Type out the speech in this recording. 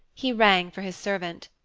he rang for his servant.